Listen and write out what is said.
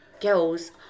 Girls